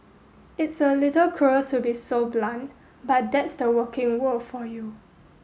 it's a little cruel to be so blunt but that's the working world for you